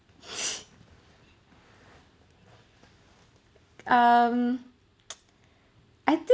um I think